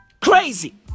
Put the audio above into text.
Crazy